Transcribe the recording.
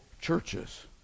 churches